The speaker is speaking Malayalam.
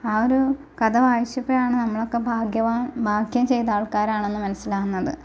ആ ഒരു കഥ വായിച്ചപ്പോഴാണ് നമ്മളൊക്കെ ഭാഗ്യവാന് ഭാഗ്യം ചെയ്ത ആള്ക്കാരാണെന്ന് മനസ്സിലാകുന്നത്